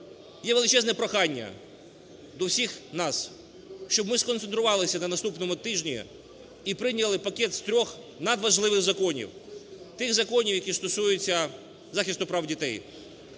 є величезне прохання до всіх нас, щоб ми сконцентрувалися на наступному тижні і прийняли пакет з трьох надважливих законів – тих законів, які стосуються захисту прав дітей.